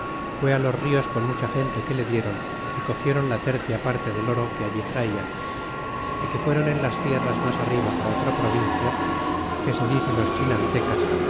á los nos con mucha gente que le dieron y cogieron la tercia parte del oro que allí traian y que fueron en las sierras mas arriba á otra provincia que se dice los